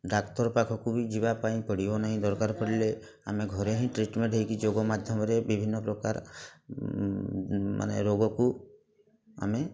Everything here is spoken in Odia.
ଡାକ୍ତର ପାଖକୁ ବି ଯିବା ପାଇଁ ପଡ଼ିବ ନାହିଁ ଦରକାର ପଡ଼ିଲେ ଆମେ ଘରେ ହିଁ ଟ୍ରିଟମେଣ୍ଟ୍ ହେଇକି ଯୋଗ ମାଧ୍ୟମରେ ବିଭିନ୍ନ ପ୍ରକାର ମାନେ ରୋଗକୁ ଆମେ